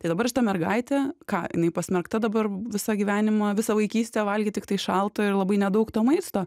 tai dabar šita mergaitė ką jinai pasmerkta dabar visą gyvenimą visą vaikystę valgyt tiktai šaltą ir labai nedaug to maisto